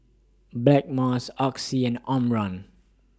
Blackmores Oxy and Omron